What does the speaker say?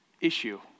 issue